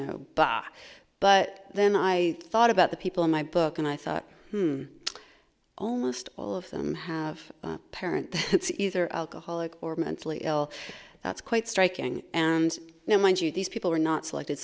know but then i thought about the people in my book and i thought almost all of them have a parent that's either alcoholic or mentally ill that's quite striking and now mind you these people were not selected